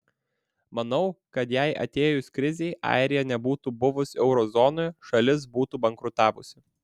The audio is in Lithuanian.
manau kad jei atėjus krizei airija nebūtų buvus euro zonoje šalis būtų bankrutavusi